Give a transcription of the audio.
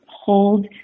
hold